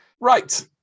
right